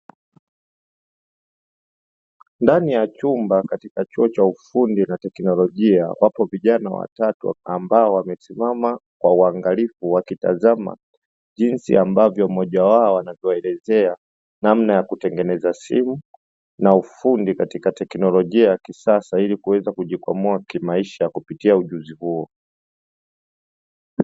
Ndani ya chumba katika chuo cha ufundi na teknolojia wapo vijana watatu ambao wamesimama kwa uangalifu wakitazama jinsi ambavyo mmoja wao anavyoelezea namna ya kutengeneza simu na ufundi katika teknolojia ya kisasa, ili kuweza kujikwamua kimaisha kupitia ujuzi huo.